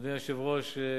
אדוני היושב-ראש,